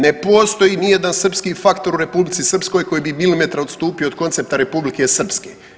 Ne postoji nijedan srpski faktor u Republici Srpskoj koji bi milimetar odstupio od koncepta Republike Srpske.